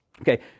Okay